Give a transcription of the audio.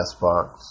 box